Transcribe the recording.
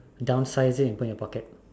down size it and put it in your pocket